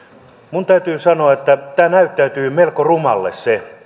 minun täytyy sanoa että tämä näyttäytyy melko rumalle se